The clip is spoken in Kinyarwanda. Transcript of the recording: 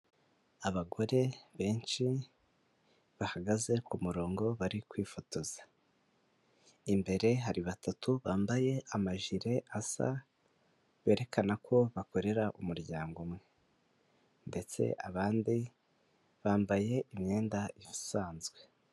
Abagore benshi bahagaze ku murongo bari kwifotoza, imbere hari batatu bambaye amajire asa berekana ko bakorera umuryango umwe ndetse abandi bambaye imyenda isanzwe.